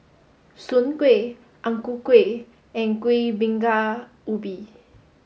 Soon Kueh Ang Ku Kueh and Kuih Bingka Ubi